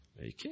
Okay